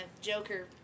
Joker